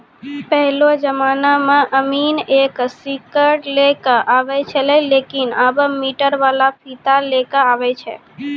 पहेलो जमाना मॅ अमीन एक सीकड़ लै क आबै छेलै लेकिन आबॅ मीटर वाला फीता लै कॅ आबै छै